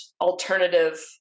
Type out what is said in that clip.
alternative